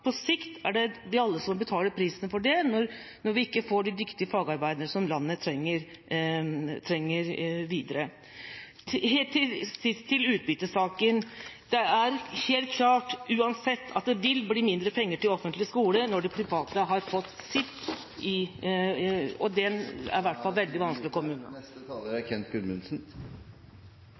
På sikt er det vi alle som betaler prisen for det, når vi ikke får de dyktige fagarbeiderne som landet trenger videre. Helt til sist til utbyttesaken: Det er uansett helt klart at det vil bli mindre penger til offentlig skole når de private har fått sitt. Et mangfold i skolesektoren skal vi glede oss over. Mangfold bidrar positivt til inspirasjon, kreativitet og